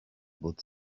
both